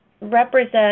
represent